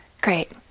great